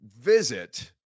visit